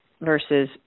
versus